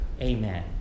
Amen